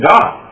God